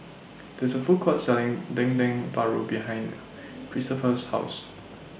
This A Food Court Selling Dendeng Paru behind Christoper's House